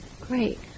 great